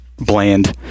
bland